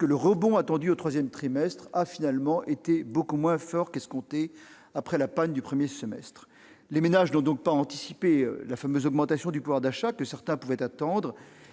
le rebond attendu au troisième trimestre a été beaucoup moins fort qu'escompté, après la panne du premier semestre. Les ménages n'ont pas anticipé la fameuse augmentation du pouvoir d'achat que certains pouvaient attendre